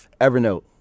Evernote